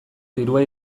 dirua